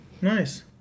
Nice